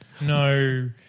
No